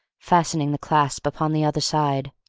fastening the clasp upon the other side.